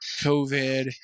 COVID